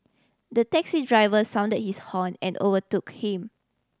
the taxi driver sounded his horn and overtook him